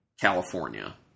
California